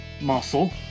muscle